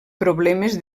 problemes